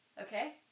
okay